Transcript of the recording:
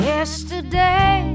Yesterday